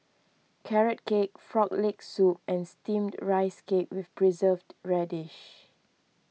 Carrot Cake Frog Leg Soup and Steamed Rice Cake with Preserved Radish